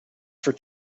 for